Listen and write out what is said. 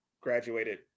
graduated